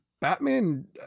batman